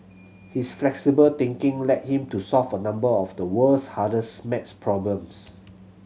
his flexible thinking led him to solve a number of the world's hardest maths problems